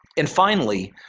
and finally,